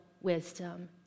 wisdom